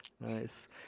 nice